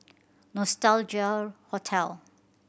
Nostalgia Hotel